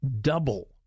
double